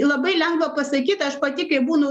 labai lengva pasakyt aš pati kai būnu